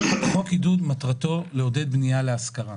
חוק עידוד, מטרתו לעודד בנייה להשכרה.